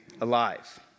alive